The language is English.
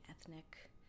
ethnic